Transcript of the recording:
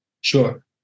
sure